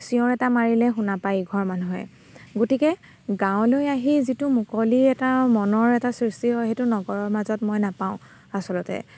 চিঞৰ এটা মাৰিলে শুনা পায় ইঘৰ মানুহে গতিকে গাঁৱলৈ আহি যিটো মুকলি এটা মনৰ এটা সৃষ্টি হয় সেইটো নগৰৰ মাজত মই নাপাওঁ আচলতে